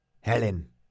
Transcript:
Helen